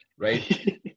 right